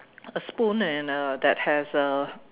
a spoon and uh that has a